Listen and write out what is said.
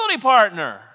partner